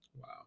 Wow